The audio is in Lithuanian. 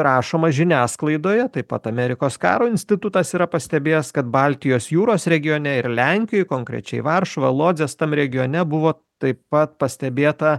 rašoma žiniasklaidoje taip pat amerikos karo institutas yra pastebėjęs kad baltijos jūros regione ir lenkijoj konkrečiai varšuva lodzės tam regione buvo taip pat pastebėta